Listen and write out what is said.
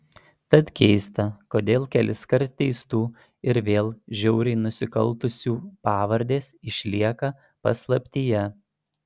tad keista kodėl keliskart teistų ir vėl žiauriai nusikaltusių pavardės išlieka paslaptyje